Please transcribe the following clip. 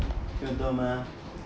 听得到吗